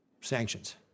sanctions